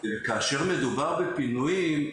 וכאשר מדובר בפינוים,